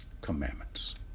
commandments